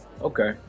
okay